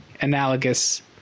analogous